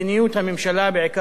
בעיקר המדיניות הכלכלית.